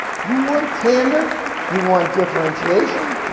you want candor, you want differentiation,